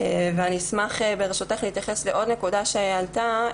אני אשמח ברשותך להתייחס לעוד נקודה שעלתה,